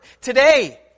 today